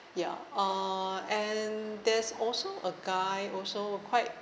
ya uh and there's also a guy also quite